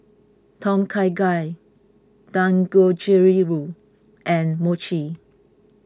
Tom Kha Gai and Mochi